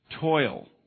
toil